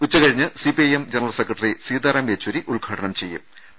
ഉച്ചകഴിഞ്ഞ് CPM general secretary Sitaram Yechury ഉദ്ഘാടനം ചെയ്യും